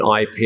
IP